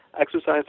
Exercise